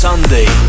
Sunday